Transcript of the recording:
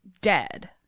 dead